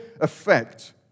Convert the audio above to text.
effect